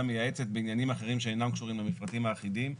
מייעצת עניינים אחרים שאינם קשורים למפרטים האחידים.